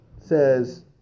says